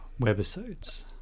Webisodes